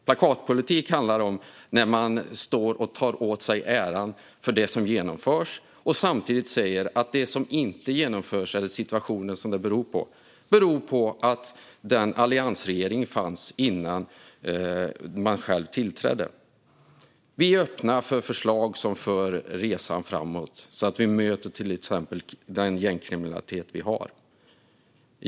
Plakatpolitik handlar om att ta åt sig äran för det som genomförs och samtidigt säga att det som inte genomförs beror på den tidigare alliansregeringen. Vi är öppna för förslag som för resan framåt så att vi möter den gängkriminalitet som finns.